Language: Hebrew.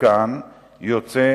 מכאן יוצא